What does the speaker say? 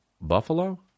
Buffalo